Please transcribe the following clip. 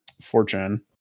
fortune